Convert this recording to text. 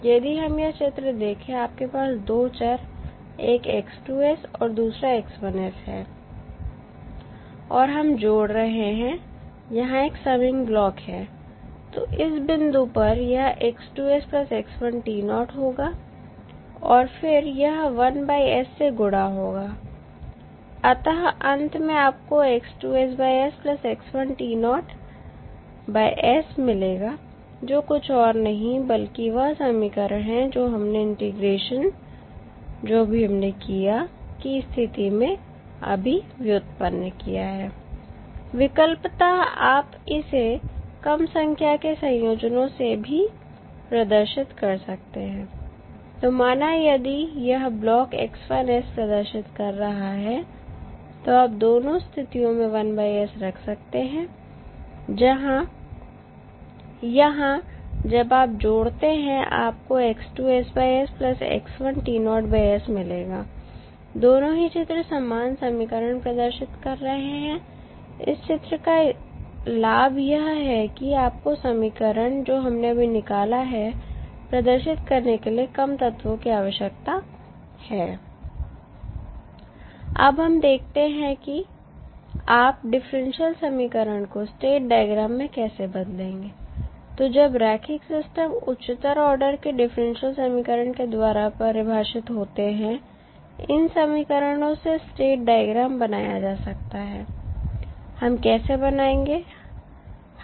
यदि हम यह चित्र देखें आपके पास दो चर एक और दूसरा हैं और हम जोड़ रहे हैं यहां एक समिंग ब्लॉक है तो इस बिंदु पर यह होगा और फिर यह 1s से गुणा होगा अतः अंत में आपको मिलेगा जो कुछ और नहीं बल्कि वह समीकरण है जो हमने इंटीग्रेशन जो अभी हमने किया की स्थिति में अभी व्युत्पन्न किया है विकल्पतः आप इसे कम संख्या के संयोजनो से भी प्रदर्शित कर सकते हैं तो माना यदि यह ब्लॉक प्रदर्शित कर रहा है तो आप दोनों स्थितियों में 1s रख सकते हैं यहां जब आप जोड़ते हैं आपको मिलेगा दोनों ही चित्र समान समीकरण प्रदर्शित कर रहे हैं इस चित्र का लाभ यह है कि आपको समीकरण जो हमने अभी निकाला प्रदर्शित करने के लिए कम तत्वों की आवश्यकता है अब हम देखते हैं कि आप डिफरेंशियल समीकरण को स्टेट डायग्राम में कैसे बदलेंगे तो जब रैखिक सिस्टम उच्चतर ऑर्डर के डिफरेंशियल समीकरण के द्वारा परिभाषित होते हैं इन समीकरणों से स्टेट डायग्राम बनाया जा सकता है हम कैसे बनाएंगे